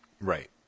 Right